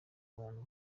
abantu